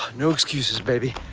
no excuses baby.